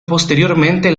posteriormente